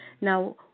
Now